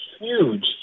huge